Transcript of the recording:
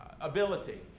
ability